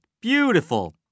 beautiful